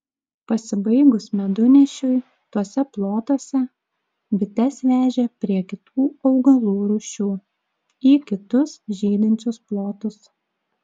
pasibaigus medunešiui tuose plotuose bites vežė prie kitų augalų rūšių į kitus žydinčius plotus